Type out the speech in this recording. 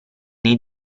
nei